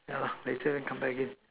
ya lah later then come back again